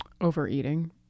Overeating